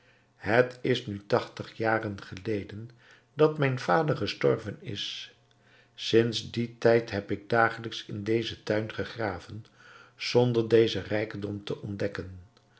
het is nu tachtig jaren geleden dat mijn vader gestorven is sinds dien tijd heb ik dagelijks in dezen tuin gegraven zonder dezen rijkdom te ontdekken